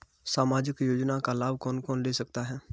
सामाजिक योजना का लाभ कौन कौन ले सकता है?